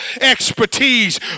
expertise